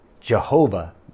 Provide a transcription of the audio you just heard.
Jehovah